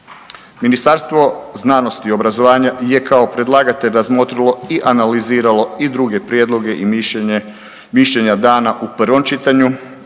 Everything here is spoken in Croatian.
Ministarstvo znanosti i obrazovanja je kao predlagatelj razmotrilo i analiziralo i druge prijedloga i mišljenja dana u prvom čitanju,